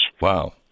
Wow